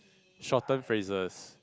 shorten phrases